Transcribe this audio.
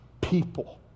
people